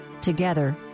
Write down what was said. Together